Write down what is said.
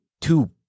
two